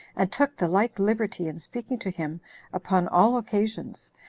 and took the like liberty in speaking to him upon all occasions,